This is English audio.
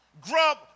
grub